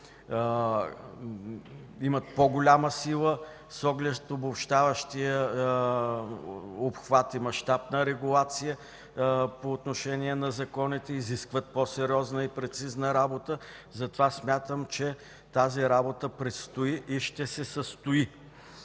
имат по-голяма сила с оглед обобщаващия обхват и мащаб на регулация по отношение на законите, изискват по-сериозна и прецизна работа, затова смятам, че тази работа предстои и ще се състои.